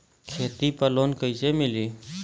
खेती पर लोन कईसे मिली?